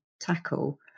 tackle